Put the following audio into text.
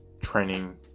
training